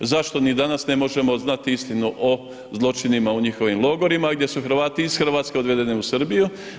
Zašto ni danas ne možemo znati istinu o zločinima u njihovim logorima gdje su Hrvati iz Hrvatske odvedeni u Srbiju?